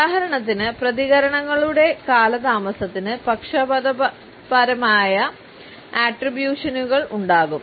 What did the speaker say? ഉദാഹരണത്തിന് പ്രതികരണങ്ങളുടെ കാലതാമസത്തിന് പക്ഷപാതപരമായ ആട്രിബ്യൂഷനുകൾ ഉണ്ടാകും